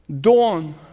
dawn